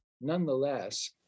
Nonetheless